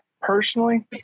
personally